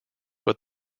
but